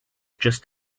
just